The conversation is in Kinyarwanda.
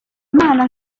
imana